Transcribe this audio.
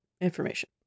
information